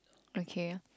okay